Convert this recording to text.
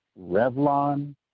Revlon